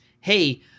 hey